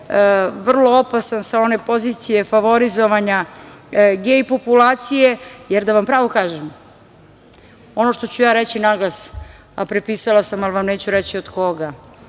vrlo opasan sa one pozicije favorizovanja gej populacije jer da vam pravo kažem ono što ću ja reći naglas, a prepisala sam, ali vam neću reći od koga,